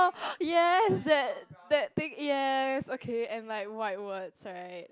yes that that thing yes okay and like white words right